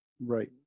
right